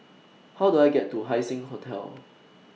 How Do I get to Haising Hotel